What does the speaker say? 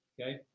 okay